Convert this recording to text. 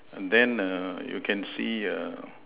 and then err you can see err